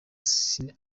cine